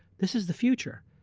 this is the future.